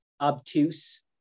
obtuse